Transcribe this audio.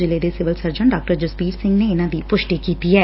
ਜ਼ਿਲ੍ਹੇ ਦੇ civil surgeon ਡਾ ਜਸਬੀਰ ਸਿੰਘ ਨੇ ਇਨੂਾ ਦੀ ਪੁਸ਼ਟੀ ਕੀਡੀ ਏ